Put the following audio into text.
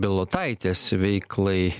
bilotaitės veiklai